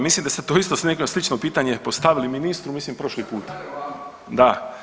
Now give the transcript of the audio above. Mislim da ste to isto neko slično pitanje postavili ministru, mislim, prošli put ... [[Upadica se ne čuje.]] da.